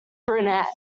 brunette